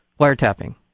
wiretapping